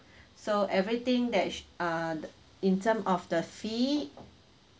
so everything that sh~ ah th~ in term of the fee